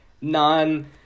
non